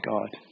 God